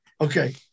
Okay